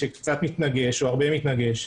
שקצת מתנגש או הרבה מתנגש,